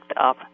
up